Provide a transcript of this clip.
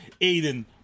Aiden